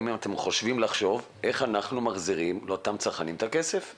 האם אתם מתכוונים לחשוב איך אנחנו מחזירים לאותם צרכנים את הכסף שלהם?